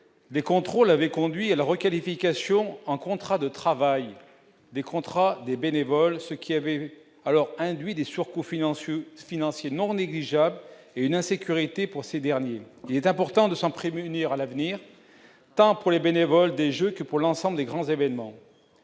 des contrôles avaient conduit à la requalification en contrat de travail, des contrats, des bénévoles, ce qui avait alors induit des surcoûts financiers financiers non négligeables et une insécurité pour ces derniers, il est important de s'en prémunir à l'avenir, tant pour les bénévoles, des jeunes que pour l'ensemble des grands événements,